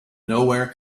nowhere